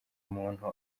umuntu